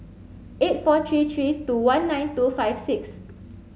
eight four three three two one nine two five six